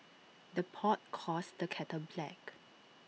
the pot calls the kettle black